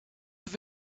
have